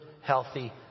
healthy